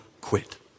quit